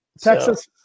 Texas